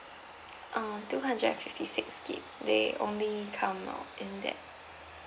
uh two hundred fifty six gig they only come out in that